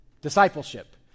discipleship